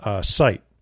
site